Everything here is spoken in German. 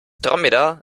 dromedar